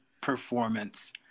performance